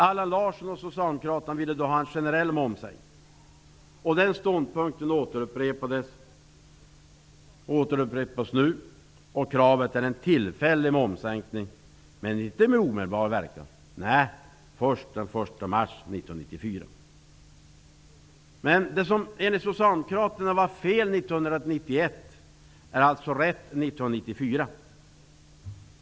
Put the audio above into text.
Allan Larsson och Socialdemokraterna ville då ha en generell momssänkning. Den ståndpunkten återkommer nu. Kravet är att det skall vara en tillfällig momssänkning, dock inte med omedelbar verkan. Den skall först gälla från den 1 mars 1994. Det som, enligt Socialdemokraterna, var fel 1991 är alltså rätt 1994.